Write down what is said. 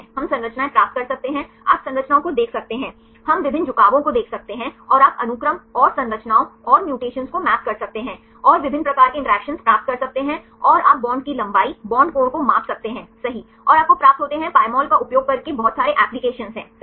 हम संरचनाएं प्राप्त कर सकते हैं आप संरचनाओं को देख सकते हैं हम विभिन्न झुकावों को देख सकते हैं और आप अनुक्रम और संरचनाओं और म्यूटेशनों को मैप कर सकते हैं और विभिन्न प्रकार के इंटरैक्शन प्राप्त कर सकते हैं और आप बांड की लंबाई बॉन्ड कोण को माप सकते हैं सही और आपको प्राप्त होते हैं Pymol का उपयोग करके बहुत सारे एप्लिकेशन हैं सही